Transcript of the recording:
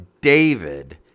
David